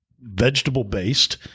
vegetable-based